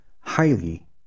highly